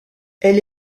elle